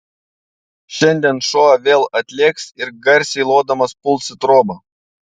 šiandien šuo vėl atlėks ir garsiai lodamas puls į trobą